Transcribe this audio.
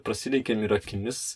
prasilenkėm ir akimis